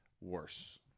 Worse